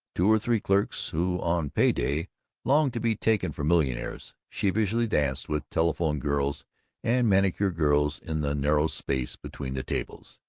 two or three clerks, who on pay-day longed to be taken for millionaires, sheepishly danced with telephone-girls and manicure-girls in the narrow space between the tables.